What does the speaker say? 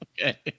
Okay